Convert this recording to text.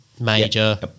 major